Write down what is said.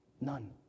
None